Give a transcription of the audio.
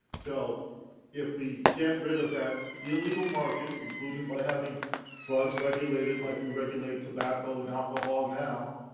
so if we get rid of that illegal market, including by having drugs regulated like we regulate tobacco and alcohol now,